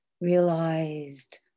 realized